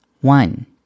One